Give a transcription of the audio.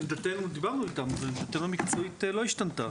דיברנו איתם, ועמדתנו המקצועית לא השתנתה.